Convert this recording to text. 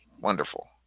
Wonderful